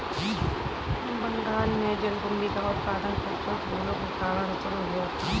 बंगाल में जलकुंभी का उत्पादन खूबसूरत फूलों के कारण शुरू हुआ था